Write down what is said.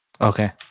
Okay